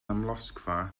amlosgfa